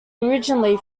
originally